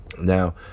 Now